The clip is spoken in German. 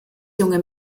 junge